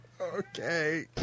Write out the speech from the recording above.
Okay